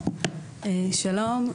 שלום,